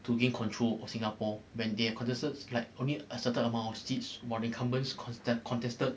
to gain control of singapore when they've contested like only a certain amount of seats while the incumbents const~ contested